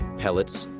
pellets,